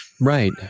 Right